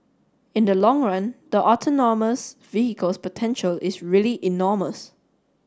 in the long run the autonomous vehicles potential is really enormous